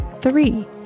Three